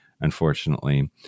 unfortunately